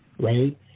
Right